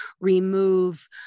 remove